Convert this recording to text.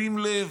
שים לב